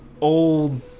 Old